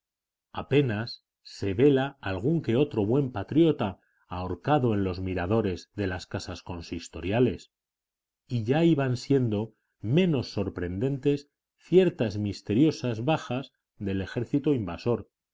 apenas se vela algún que otro buen patriota ahorcado en los miradores de las casas consistoriales y ya iban siendo menos sorprendentes ciertas misteriosas bajas del ejército invasor